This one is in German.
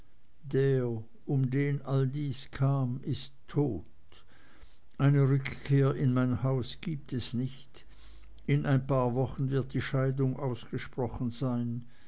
um den all dies kam ist tot eine rückkehr in mein haus gibt es nicht in ein paar wochen wird die scheidung ausgesprochen sein